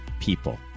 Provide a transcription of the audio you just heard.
people